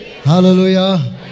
Hallelujah